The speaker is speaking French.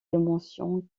dimensions